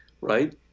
right